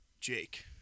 Jake